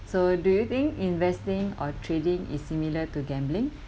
so do you think investing or trading is similar to gambling